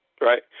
Right